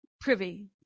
privy